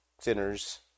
sinners